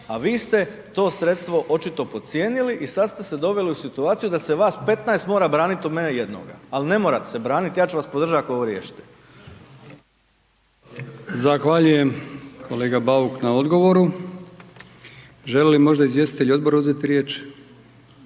a vi ste to sredstvo očito podcijenili i sad ste se doveli u situaciju da se vas 15 mora braniti od mene jednoga, ali ne morate se braniti, ja ću vas podržat ako ovo riješite. **Brkić, Milijan (HDZ)** Zahvaljujem kolega Bauk na odgovoru. Želi li možda izvjestitelj odbora uzeti riječ?